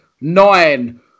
nine